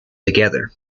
together